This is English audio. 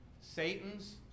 Satan's